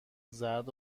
زرد